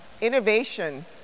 innovation